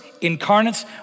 incarnates